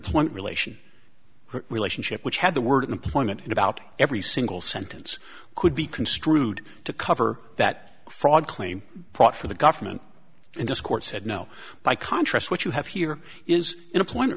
ent relation relationship which had the word employment in about every single sentence could be construed to cover that fraud claim for the government and this court said no by contrast what you have here is in a point